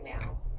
now